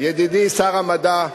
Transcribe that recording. ידידי שר המדע,